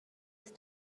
است